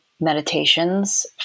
meditations